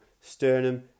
sternum